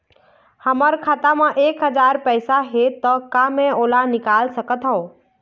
हमर खाता मा एक हजार पैसा हे ता का मैं ओला निकाल सकथव?